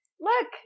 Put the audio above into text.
Look